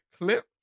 Clip